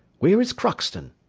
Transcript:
where is crockston?